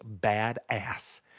badass